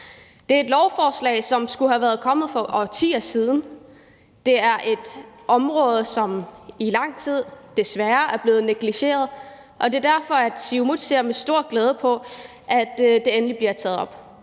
Det er et lovforslag, som skulle være kommet for årtier siden. Det er et område, som desværre i lang tid er blevet negligeret, og det er derfor, at Siumut ser med stor glæde på, at det endelig bliver taget op.